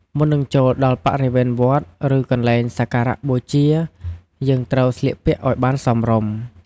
មុននឹងចូលដល់បរិវេណវត្ត ឬកន្លែងសក្ការបូជា យើងត្រូវស្លៀកពាក់ឲ្យបានសមរម្យ។